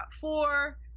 four